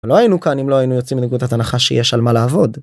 לא היינו כאן אם לא היינו יוצאים מנקודת הנחה שיש על מה לעבוד.